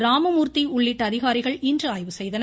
ராமமூர்த்தி உள்ளிட்ட அதிகாரிகள் இன்று ஆய்வு செய்தனர்